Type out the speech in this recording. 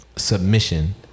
submission